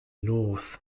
north